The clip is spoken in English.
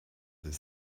this